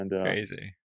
crazy